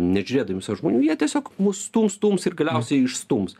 nežiūrėdami savo žmonių jie tiesiog mus stums stums ir galiausiai išstums